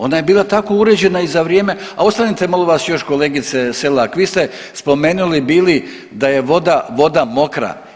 Ona je bila tako uređena i za vrijeme, a ostanite još molim vas kolegice Selak vi ste spomenuli bili da je voda mokra.